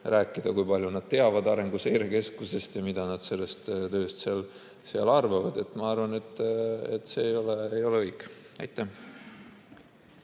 rääkida, kui palju nad teavad Arenguseire Keskusest ja mida nad sellest tööst seal arvavad. Ma arvan, et see ei ole õige. Ma